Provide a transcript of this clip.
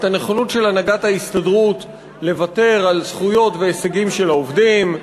את הנכונות של הנהגת ההסתדרות לוותר על זכויות והישגים של העובדים,